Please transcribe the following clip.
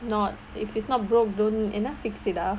not if it's not broke don't என்ன:enna fix it ah